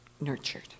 nurtured